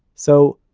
so,